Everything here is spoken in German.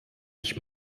ich